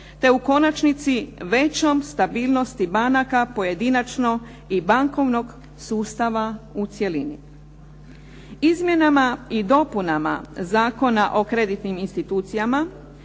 te u konačnici većom stabilnosti banaka pojedinačno i bankovnog sustava u cjelini. Izmjenama i dopunama Zakona o kreditnim institucijama